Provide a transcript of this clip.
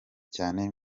cyane